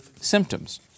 symptoms